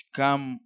come